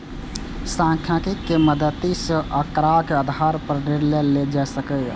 सांख्यिकी के मदति सं आंकड़ाक आधार पर निर्णय लेल जा सकैए